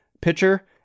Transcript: pitcher